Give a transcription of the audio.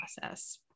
process